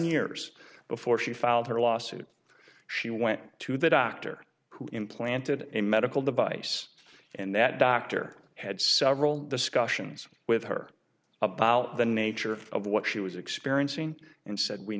years before she filed her lawsuit she went to the doctor who implanted a medical device and that doctor had several discussions with her about the nature of what she was experiencing and said we